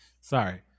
sorry